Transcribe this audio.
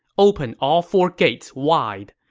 open all four gates wide.